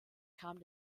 kam